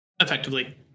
Effectively